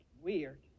Weird